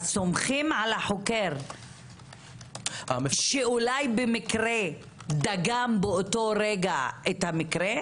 אז סומכים על החוקר שאולי במקרה דגם באותו רגע את המקרה?